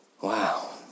Wow